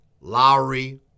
Lowry